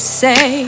say